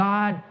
God